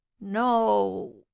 No